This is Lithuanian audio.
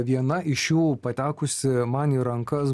viena iš jų patekusi man į rankas